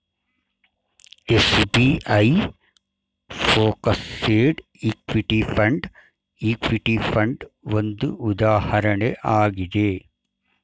SBI focused equity fund, equity fund ಒಂದು ಉದಾಹರಣೆ ಆಗಿದೆ